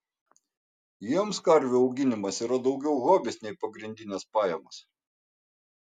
jiems karvių auginimas yra daugiau hobis nei pagrindinės pajamos